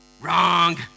wrong